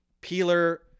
Peeler